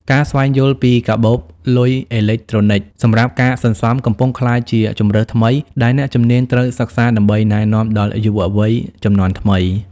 ការស្វែងយល់ពីកាបូបលុយអេឡិចត្រូនិកសម្រាប់ការសន្សំ កំពុងក្លាយជាជម្រើសថ្មីដែលអ្នកជំនាញត្រូវសិក្សា ដើម្បីណែនាំដល់យុវវ័យជំនាន់ថ្មី។